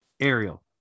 Ariel